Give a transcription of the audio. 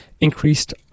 increased